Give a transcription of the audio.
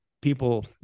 people